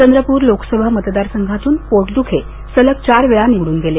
चंद्रपूर लोकसभा मतदारसंघातून पोटदुखे सलग चारवेळा निवडून गेले